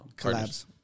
collabs